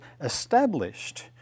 established